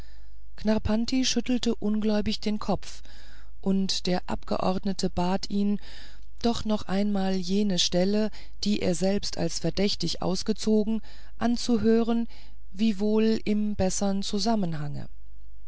knarrpanti schüttelte ungläubig den kopf und der abgeordnete bat ihn doch noch einmal jene stellen die er selbst als verdächtig ausgezogen anzuhören wiewohl im bessern zusammenhange